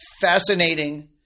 fascinating